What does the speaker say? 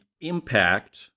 impact